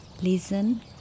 Listen